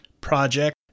Project